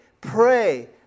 pray